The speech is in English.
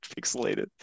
pixelated